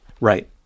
Right